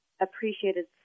appreciated